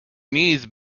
knees